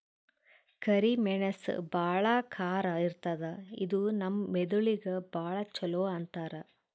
ಕರಿ ಮೆಣಸ್ ಭಾಳ್ ಖಾರ ಇರ್ತದ್ ಇದು ನಮ್ ಮೆದಳಿಗ್ ಭಾಳ್ ಛಲೋ ಅಂತಾರ್